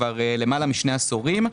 כבר למעלה משני עשורים,